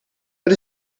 but